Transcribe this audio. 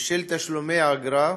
ושל תשלומי האגרה.